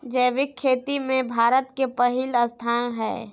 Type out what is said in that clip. जैविक खेती में भारत के पहिला स्थान हय